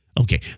Okay